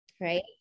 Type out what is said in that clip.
Right